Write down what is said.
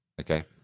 Okay